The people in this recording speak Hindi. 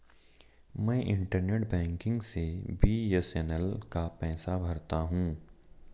मैं इंटरनेट बैंकिग से बी.एस.एन.एल का पैसा भरता हूं